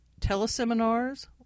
teleseminars